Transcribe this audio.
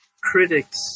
critics